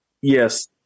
Yes